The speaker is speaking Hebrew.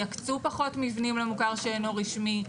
יקצו פחות מבנים למוכר שאינו רשמי,